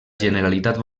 generalitat